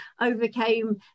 overcame